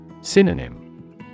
Synonym